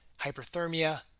hyperthermia